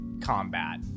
combat